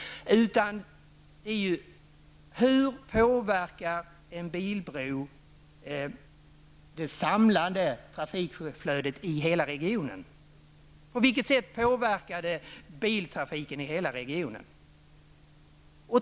Det intressanta är hur en bilbro påverkar det samlade trafikflödet i hela regionen. På vilket sätt påverkar detta biltrafiken i hela regionen?